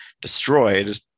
destroyed